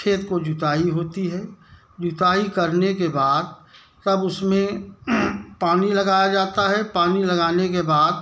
खेत की जुताई होती है जुताई करने के बाद तब उस में पानी लगाया जाता है पानी लगाने के बाद